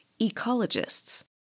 ecologists